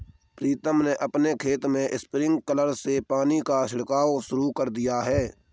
प्रीतम ने अपने खेत में स्प्रिंकलर से पानी का छिड़काव शुरू कर दिया है